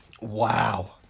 Wow